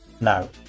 now